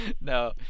no